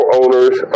owners